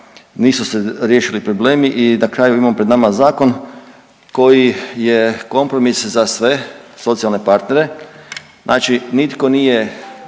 nisu se riješili problemi i na kraju imamo pred nama zakon koji je kompromis za sve socijalne partnere, znači nitko nije